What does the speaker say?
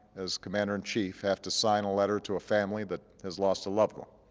as commander-in-chief, have to sign a letter to a family that has lost a loved one,